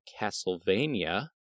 Castlevania